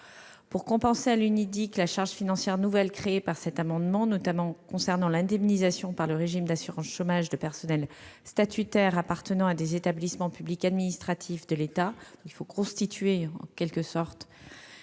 Pour compenser à l'UNEDIC la charge financière nouvelle créée par cet amendement, notamment concernant l'indemnisation par le régime d'assurance chômage de personnels statutaires appartenant à des établissements publics administratifs de l'État, il est prévu une surcotisation